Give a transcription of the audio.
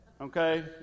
okay